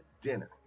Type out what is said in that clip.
dinner